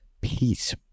Peace